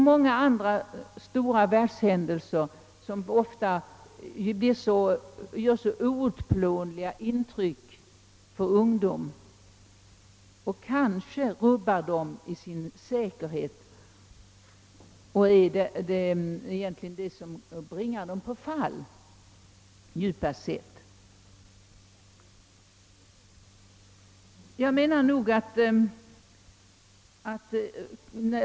Det är ju sådana stora världshändelser som gör outplånliga intryck på de unga, kanske rubbar dem i deras säkerhet och djupast sett ofta är orsaken till att de bringas på fall.